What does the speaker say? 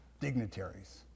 dignitaries